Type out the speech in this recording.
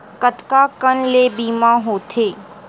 कतका कन ले बीमा होथे?